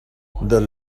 the